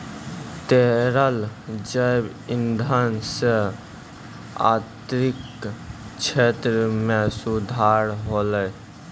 तरल जैव इंधन सँ आर्थिक क्षेत्र में सुधार होलै